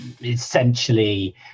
essentially